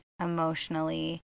emotionally